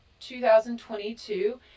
2022